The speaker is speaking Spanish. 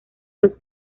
los